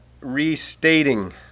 restating